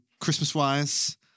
Christmas-wise